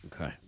Okay